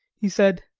he said,